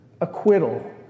acquittal